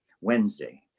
Wednesday